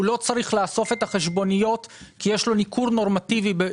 לא צריך לאסוף את החשבוניות כי יש לו ניכוי נורמטיבי